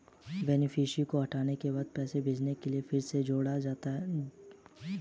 beneficiary को हटाने के बाद पैसे भेजने के लिए फिर से जोड़ना होगा